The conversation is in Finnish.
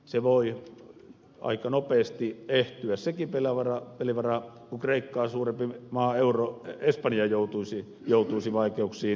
se voi aika nopeasti ehtyä sekin pelivara jos kreikkaa suurempi maa espanja joutuisi vaikeuksiin